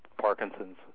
Parkinson's